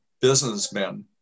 businessmen